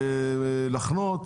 לחנות.